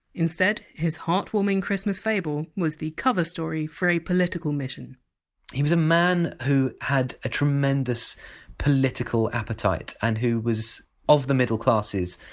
instead, his heartwarming christmas fable was the cover story for a political mission he was a man who had a tremendous political appetite and who was of the middle classes,